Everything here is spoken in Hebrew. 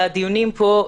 הדיונים פה,